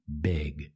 big